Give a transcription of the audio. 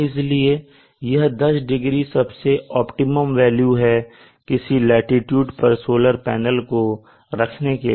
इसलिए यह 10 डिग्री सबसे ऑप्टिमम वेल्यू है किसी लाटीट्यूड पर सोलर पैनल को रखने के लिए